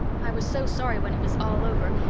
i was so sorry when it was all over,